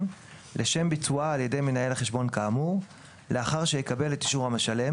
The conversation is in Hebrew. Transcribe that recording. לשם ביצועה על ידי מנהל החשבון כאמור לאחר שיקבל את אישור המשלם,